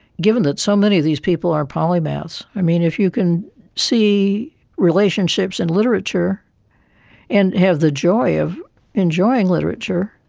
given that so many of these people are polymaths, i mean, if you can see relationships in literature and have the joy of enjoying literature,